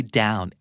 down